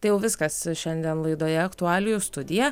tai jau viskas šiandien laidoje aktualijų studija